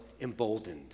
emboldened